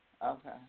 Okay